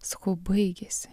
sakau baigėsi